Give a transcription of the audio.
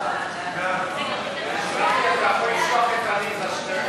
התשע"ה